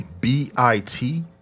B-I-T